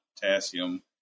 potassium